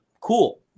Cool